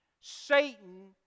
Satan